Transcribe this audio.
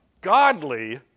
godly